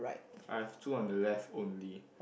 I have two on the left only